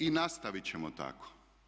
I nastavit ćemo tako.